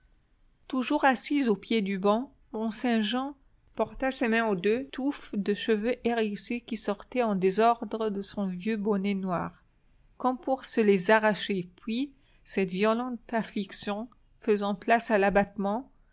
toujours assise au pied du banc mont-saint-jean porta ses mains aux deux touffes de cheveux hérissés qui sortaient en désordre de son vieux bonnet noir comme pour se les arracher puis cette violente affliction faisant place à l'abattement